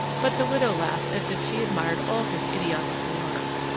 but the widow laughed as if she admired all his idiotic remarks,